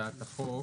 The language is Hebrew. הצעת החוק.